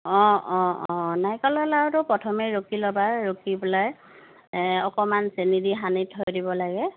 অঁ অঁ অঁ নাৰিকালৰ লাড়ুটো প্ৰথমে ৰুকি ল'বা ৰুকি পেলাই এই অকমান চেনি দি সানি থৈ দিব লাগে